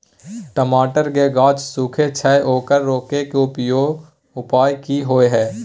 टमाटर के गाछ सूखे छै ओकरा रोके के उपाय कि होय है?